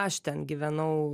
aš ten gyvenau